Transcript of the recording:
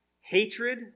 hatred